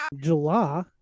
July